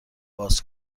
باز